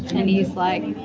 and he's, like,